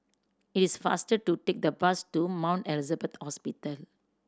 it is faster to take the bus to Mount Elizabeth Hospital